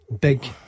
Big